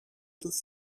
του